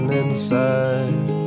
inside